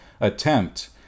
attempt